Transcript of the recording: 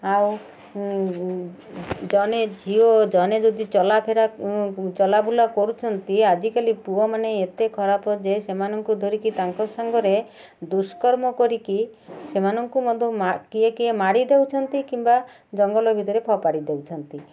ଆଉ ଜଣେ ଝିଅ ଜଣେ ଯଦି ଚଲା ଫେରା ଚଲାବୁଲା କରୁଛନ୍ତି ଆଜିକାଲି ପୁଅମାନେ ଏତେ ଖରାପ ଯେ ସେମାନଙ୍କୁ ଧରିକି ତାଙ୍କ ସାଙ୍ଗରେ ଦୁଷ୍କର୍ମ କରିକି ସେମାନଙ୍କୁ ମଧ୍ୟ କିଏ କିଏ ମାଡ଼ି ଦେଉଛନ୍ତି କିମ୍ବା ଜଙ୍ଗଲ ଭିତରେ ଫୋପାଡ଼ି ଦେଉଛନ୍ତି